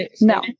No